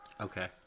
Okay